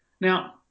Now